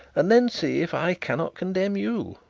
and then see if i cannot condemn you